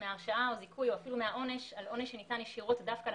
מהרשעה או מזיכוי או אפילו מהעונש על עונש שניתן ישירות דווקא על